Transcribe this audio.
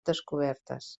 descobertes